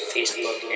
Facebook